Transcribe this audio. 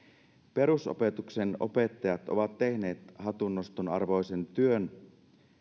perusopetuksen opettajat ovat tehneet hatunnoston arvoisen työn